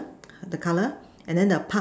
the color and then the Park